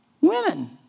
Women